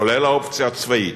כולל האופציה הצבאית,